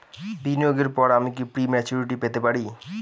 বিনিয়োগের পর আমি কি প্রিম্যচুরিটি পেতে পারি?